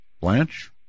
Blanche